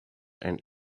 and